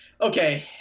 okay